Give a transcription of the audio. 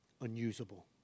Unusable